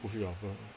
不需要